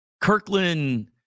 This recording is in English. Kirkland